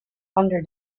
under